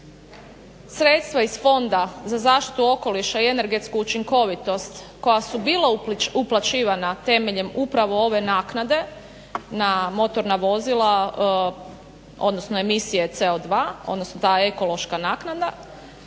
sredstva iz Fonda za zaštitu okoliša i energetsku učinkovitost koja su bila uplaćivana temeljem upravo ove naknade na motorna vozila odnosno emisije CO2 odnosno ta ekološka naknada